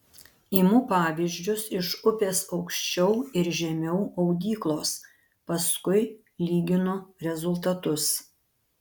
imu pavyzdžius iš upės aukščiau ir žemiau audyklos paskui lyginu rezultatus